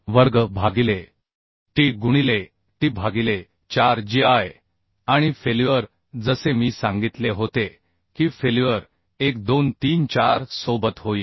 वर्ग भागिले t गुणिले t भागिले 4 gi आणि फेल्युअर जसे मी सांगितले होते की फेल्युअर 1 2 3 4 सोबत होईल